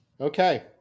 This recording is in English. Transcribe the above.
Okay